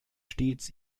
stets